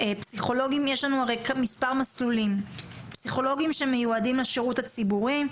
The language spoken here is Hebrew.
לפסיכולוגים יש לנו מספר מסלולים: פסיכולוגים שמיועדים לשירות הציבורי,